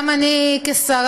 גם אני כשרה,